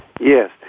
Yes